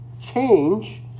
change